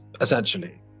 essentially